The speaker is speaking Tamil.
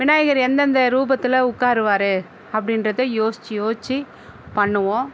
விநாயகர் எந்தந்த ரூபத்தில் உட்காருவாரு அப்படின்றதை யோசித்து யோசித்து பண்ணுவோம்